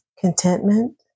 contentment